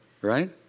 right